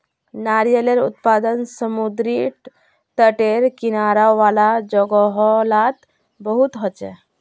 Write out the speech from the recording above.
नारियालेर उत्पादन समुद्री तटेर किनारा वाला जोगो लात बहुत होचे